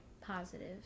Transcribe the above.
positive